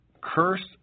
Cursed